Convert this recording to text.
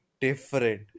different